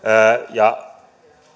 ja